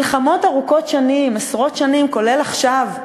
מלחמות ארוכות שנים, עשרות שנים, כולל עכשיו,